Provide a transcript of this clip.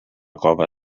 cova